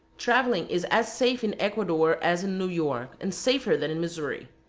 traveling is as safe in ecuador as in new york, and safer than in missouri.